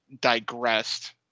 digressed